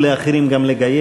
תשאירי משהו לאחרים גם לגייס,